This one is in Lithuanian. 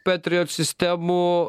petrijot sistemų